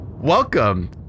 Welcome